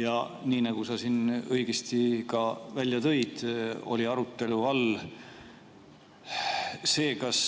Ja nii nagu sa siin õigesti ka välja tõid, oli arutelu all see, kas